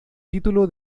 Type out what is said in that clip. título